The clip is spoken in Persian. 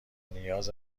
نیاز